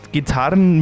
Gitarren